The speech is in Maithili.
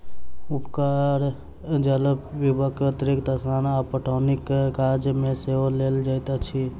उपरका जल पीबाक अतिरिक्त स्नान आ पटौनीक काज मे सेहो लेल जाइत अछि